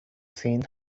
seen